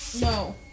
no